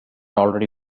already